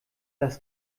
das